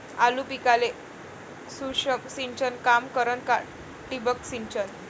आलू पिकाले सूक्ष्म सिंचन काम करन का ठिबक सिंचन?